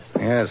Yes